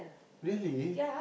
really